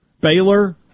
Baylor